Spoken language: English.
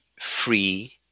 free